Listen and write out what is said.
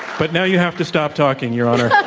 but now you have to stop talking, your honor.